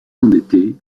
endetté